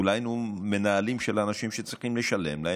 כולנו מנהלים של האנשים שצריכים לשלם להם,